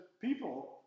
people